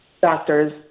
doctors